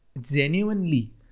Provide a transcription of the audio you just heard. genuinely